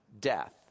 death